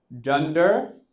gender